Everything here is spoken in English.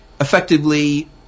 effectively